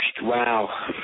wow